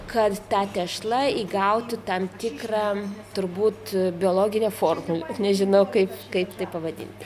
kad ta tešla įgautų tam tikrą turbūt biologinę formulę nežinau kaip kaip tai pavadinti